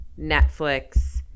Netflix